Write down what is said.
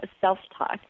self-talk